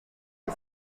que